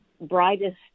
brightest –